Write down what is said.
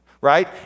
right